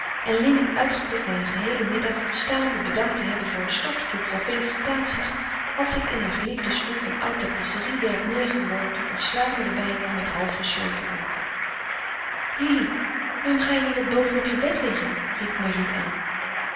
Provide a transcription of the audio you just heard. en lili uitgeput na een geheelen middag staande bedankt te hebben voor een stortvloed van felicitaties had zich in haar geliefden stoel van oud tapisserie werk neêrgeworpen en sluimerde bijna met half gesloten oogen lili waarom ga je niet wat boven op je bed liggen ried marie aan